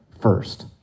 first